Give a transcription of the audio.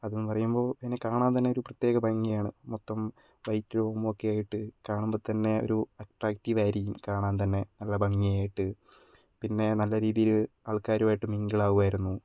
അത് എന്നു പറയുമ്പോൾ അതിനെ കാണാൻ തന്നെ ഒരു പ്രത്യേക ഭംഗി ആണ് മൊത്തം വൈറ്റ് രോമം ഒക്കെ ആയിട്ട് കാണുമ്പോൾ തന്നെ ഒരു അട്രാക്റ്റീവ് ആയിരിക്കും കാണാൻ തന്നെ നല്ല ഭംഗിയായിട്ട് പിന്നെ നല്ല രീതിയിൽ ആൾക്കാരുമായിട്ട് മിങ്കിൾ ആകുമായിരുന്നു